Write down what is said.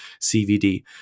cvd